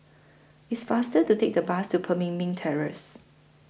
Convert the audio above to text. IT IS faster to Take The Bus to Pemimpin Terrace